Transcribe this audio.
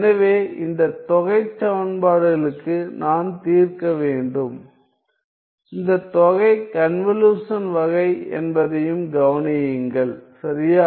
எனவே இந்த தொகைச் சமன்பாடுகளுக்கு நான் தீர்க்க வேண்டும் இந்த தொகை கன்வலுஷன் வகை என்பதையும் கவனியுங்கள் சரியா